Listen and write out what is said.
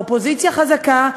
אופוזיציה חזקה.